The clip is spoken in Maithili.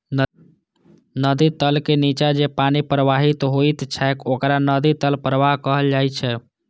नदी तल के निच्चा जे पानि प्रवाहित होइत छैक ओकरा नदी तल प्रवाह कहल जाइ छै